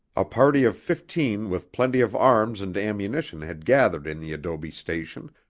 a party of fifteen with plenty of arms and ammunition had gathered in the adobe station,